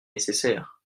nécessaire